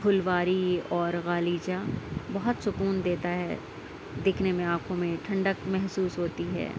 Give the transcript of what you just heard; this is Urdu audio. پھلواری اور غالیچہ بہت سکون دیتا ہے دکھنے میں آنکھوں میں ٹھنڈک محسوس ہوتی ہے